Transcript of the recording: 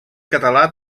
català